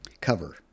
cover